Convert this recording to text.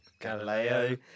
Galileo